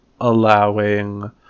allowing